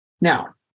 Now